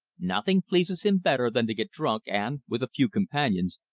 nothing pleases him better than to get drunk and, with a few companions,